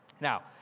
Now